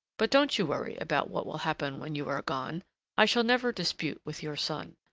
but don't you worry about what will happen when you are gone i shall never dispute with your son.